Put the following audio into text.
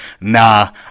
nah